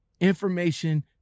information